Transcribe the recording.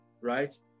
right